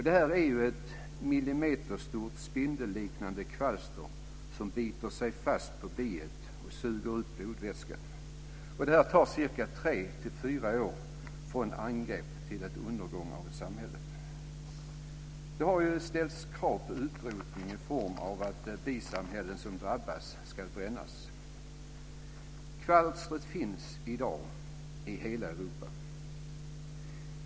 Det är ett millimeterstort spindelliknande kvalster som biter sig fast på biet och suger ut blodvätska. Det tar 3-4 år från angrepp till en undergång av ett samhälle. Det har ställts krav på utrotning i form av att bisamhällen som drabbas ska brännas. Kvalstret finns i dag i hela Europa.